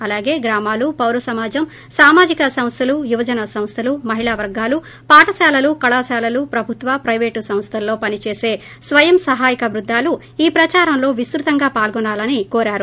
అలాగే గ్రామాలు పౌర సమాజం సామాజిక సంస్థలు యువజన సంస్థలు మహిళా వర్గాలు పాఠశాలలు కళాశాలలు ప్రభుత్వ పైవేటు సంస్థలలో పనిచేసే స్వయం సహాయక బృందాలు ఈ ప్రదారంలో విస్తృతంగా పాల్గోనాలని కోరారు